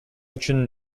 үчүн